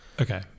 Okay